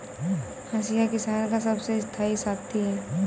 हंसिया किसान का सबसे स्थाई साथी है